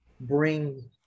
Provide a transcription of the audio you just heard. bring